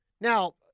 Now